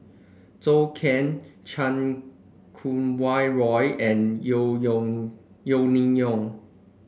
Zhou Can Chan Kum Wah Roy and Yeo Yeo Yeo Ning Hong